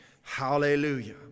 hallelujah